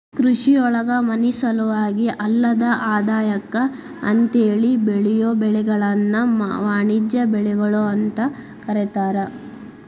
ಕೃಷಿಯೊಳಗ ಮನಿಸಲುವಾಗಿ ಅಲ್ಲದ ಆದಾಯಕ್ಕ ಅಂತೇಳಿ ಬೆಳಿಯೋ ಬೆಳಿಗಳನ್ನ ವಾಣಿಜ್ಯ ಬೆಳಿಗಳು ಅಂತ ಕರೇತಾರ